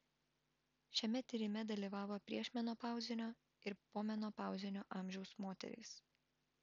šiame tyrime dalyvavo priešmenopauzinio ir pomenopauzinio amžiaus moterys